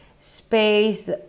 space